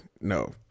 no